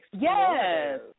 Yes